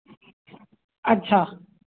अच्छा